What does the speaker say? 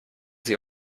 sie